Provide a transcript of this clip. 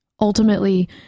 Ultimately